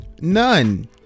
none